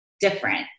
different